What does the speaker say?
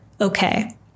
okay